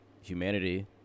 humanity